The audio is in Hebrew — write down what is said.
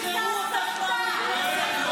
אין.